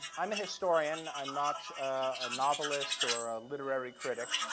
i'm a historian. i'm not a novelist or a literary critic.